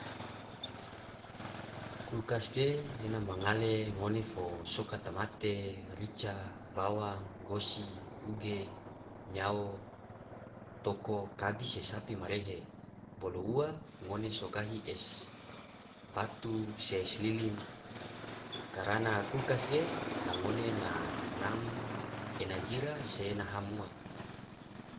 Kulkas ge ena ma ngale ngone fo soka tamate, rica, bawang, gosi, uge, nyao, toko, kabi, se sapi ma rehe, bolo ua ngone so gahi es batu se es lilin, karana kulkas ge la ngone na ngam ena jira se ena ham ua.